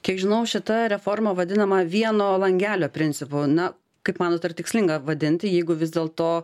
kiek žinau šita reforma vadinama vieno langelio principu na kaip manot ar tikslinga vadinti jeigu vis dėl to